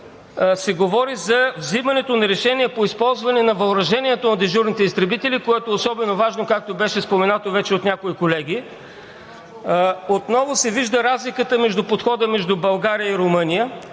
се говори за взимането на решение по използване на въоръжението на дежурните изтребители, което е особено важно, както беше споменато вече от някои колеги. Отново се вижда разликата в подхода между България и Румъния.